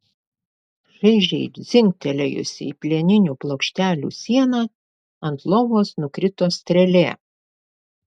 šaižiai dzingtelėjusi į plieninių plokštelių sieną ant lovos nukrito strėlė